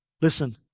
Listen